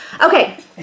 Okay